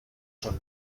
schon